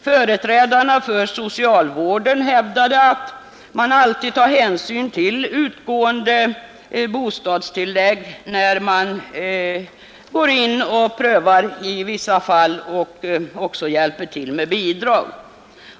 Företrädarna för socialvården hävdade att man alltid tar hänsyn till utgående bostadstillägg när man gör en prövning i vissa fall och även hjälper till med bidrag.